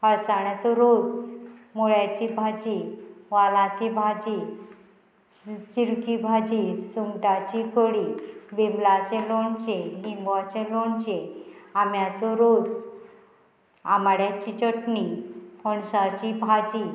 अळसाण्याचो रोस मुळ्याची भाजी वालाची भाजी चिरकी भाजी सुंगटाची कडी बिंबलाचें लोणचें लिंबुवाचें लोणचे आंब्याचो रोस आमाड्याची चटणी पणसाची भाजी